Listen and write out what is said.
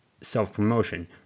self-promotion